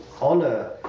honor